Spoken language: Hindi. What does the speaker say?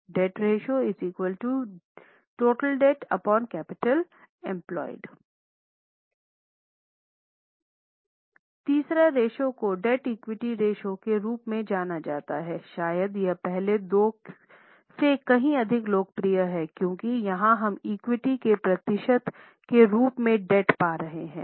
जहाँ कुल ऋण में वित्तीय संस्थान से लघु और दीर्घकालिक उधार शामिल हैंडिबेंचर बांड ने भुगतान की व्यवस्था को स्थगित कर दिया तीसरे रेश्यो को डेब्ट इक्विटी रेश्यो के रूप में जाना जाता है शायद यह पहले दो से कहीं अधिक लोकप्रिय है क्योंकि यहाँ हम इक्विटी के प्रतिशत के रूप में डेब्ट पा रहे हैं